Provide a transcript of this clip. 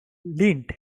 lind